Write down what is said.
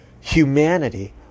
Humanity